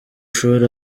shuri